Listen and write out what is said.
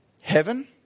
Heaven